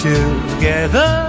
Together